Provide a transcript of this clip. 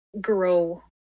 grow